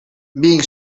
being